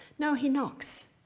no, he knocks,